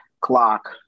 clock